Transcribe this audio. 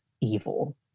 evil